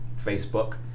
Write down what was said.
Facebook